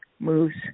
moves